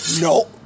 No